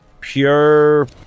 pure